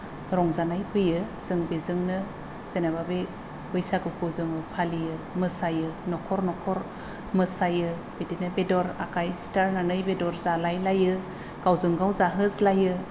रंजानाय फैयो जों बेजोंनो जेनेबा बे बैसागुखौ जोङो फालियो मोसायो नखर नखर मोसायो बिदिनो बेदर आखाय सिथा होनानै बेदर जालायलायो गावजों गाव जाहोलायो